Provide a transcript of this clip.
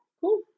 cool